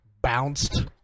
bounced